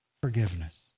forgiveness